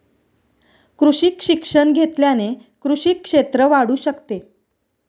कृषी शिक्षण घेतल्याने कृषी क्षेत्र वाढू शकते